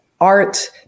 art